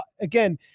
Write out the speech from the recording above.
again